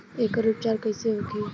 एकर उपचार कईसे होखे?